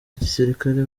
gisirikare